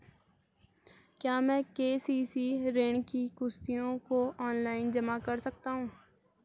क्या मैं के.सी.सी ऋण की किश्तों को ऑनलाइन जमा कर सकता हूँ?